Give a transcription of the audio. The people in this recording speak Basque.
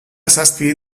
zazpi